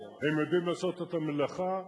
הם יודעים לעשות את המלאכה,